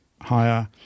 higher